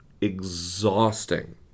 exhausting